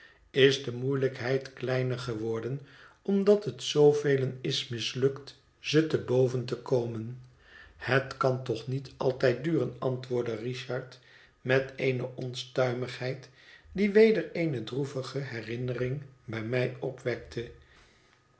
is de moeielijkheid kleiner geworden omdat het zoo velen is mislukt ze te boven te komen het kan toch niet altijd duren antwoordde richard met eene onstuimigheid die weder eene droevige herinnering bij mij opwekte